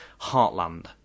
heartland